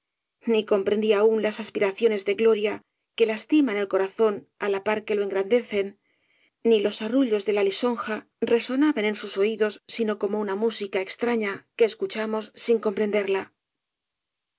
ni comprendía aún las aspiraciones de gloria que lastiman el corazón á la par que lo engrandecen ni los arrullos de la lisonja resonaban en sus oídos sino como una música extraña que escuchamos sin comprenderla